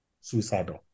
suicidal